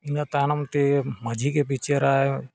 ᱤᱱᱟᱹ ᱛᱟᱭᱱᱚᱢᱛᱮ ᱢᱟᱺᱡᱷᱤᱜᱮ ᱵᱤᱪᱟᱹᱨᱟᱭ